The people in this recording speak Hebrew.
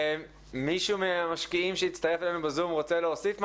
מישהו מהמשקיעים שהצטרף אלינו בזום רוצה להוסיף משהו?